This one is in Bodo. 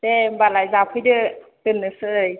दे होनब्ला लाय जाफैदो दोननोसै